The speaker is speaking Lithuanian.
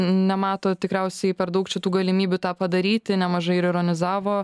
nemato tikriausiai per daug šitų galimybių tą padaryti nemažai ir ironizavo